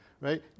right